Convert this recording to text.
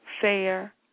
fair